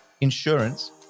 insurance